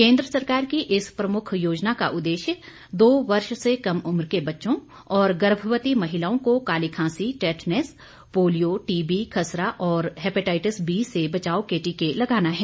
केन्द्र सरकार की इस प्रमुख योजना का उद्देश्य दो वर्ष से कम उम्र के बच्चों और गर्भवती महिलाओं को काली खांसी टैटनेस पोलियो टीबी खसरा और हेपेटाइटिस बी से बचाव के टीके लगाना है